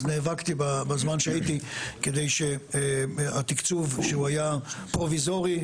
אז נאבקתי בזמן שהייתי כדי שהתקצוב שהוא היה פרוביזורי,